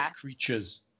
creatures